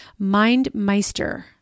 MindMeister